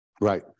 Right